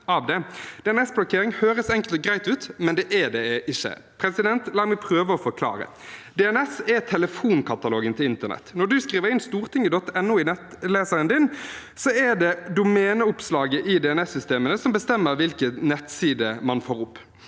av det. DNS-blokkering høres enkelt og greit ut, men det er det ikke. La meg prøve å forklare: DNS er telefonkatalogen til internett. Når man skriver inn stortinget.no i nettleseren, er det domeneoppslaget i DNS-systemene som bestemmer hvilken nettside man får opp.